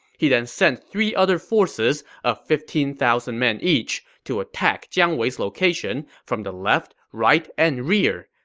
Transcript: he then sent three other forces of fifteen thousand men each to attack jiang wei's location from the left, right, and rear.